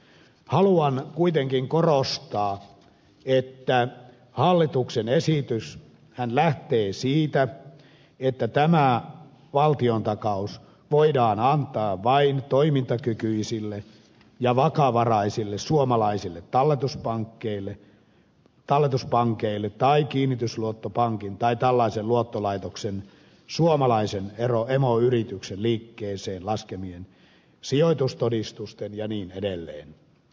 haluan kuitenkin korostaa että hallituksen esityshän lähtee siitä että tämä valtiontakaus voidaan antaa vain toimintakykyisille ja vakavaraisille suomalaisille talletuspankeille tai kiinnitysluottopankin tai tällaisen luottolaitoksen suomalaisen emoyrityksen liikkeeseen laskemille sijoitustodistuksille ja niin edelleen